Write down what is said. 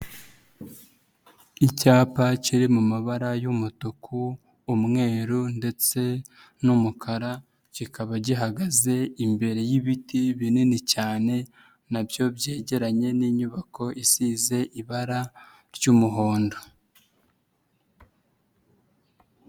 Icyapa kiri mu mabara y'umutuku, umweru ndetse n'umukara kikaba gihagaze imbere y'ibiti binini cyane na byo byegeranye n'inyubako isize ibara ry'umuhondo.